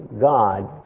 God